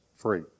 free